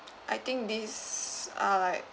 I think these are like